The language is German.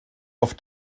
auf